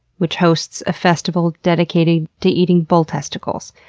which hosts a festival dedicated to eating bull testicles,